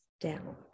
down